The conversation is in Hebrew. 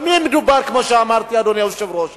במי מדובר, כמו שאמרתי, אדוני היושב-ראש?